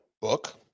book